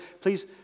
please